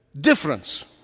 difference